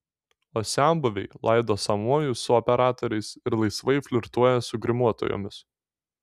o senbuviai laido sąmojus su operatoriais ir laisvai flirtuoja su grimuotojomis